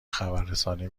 خبررسانی